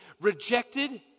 rejected